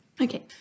Okay